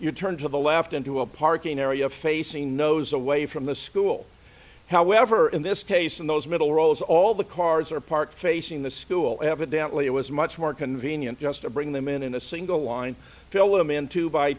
you turn to the left into a parking area facing nose away from the school however in this case in those middle rows all the cars are parked facing the school evidently it was much more convenient just to bring them in in a single line fill them in two by